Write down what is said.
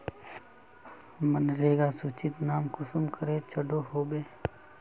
मनरेगा सूचित नाम कुंसम करे चढ़ो होबे?